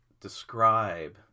describe